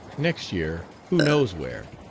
next year who knows where?